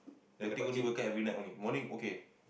waiting only wake up every night one morning okay